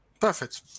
Perfect